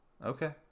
Okay